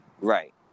Right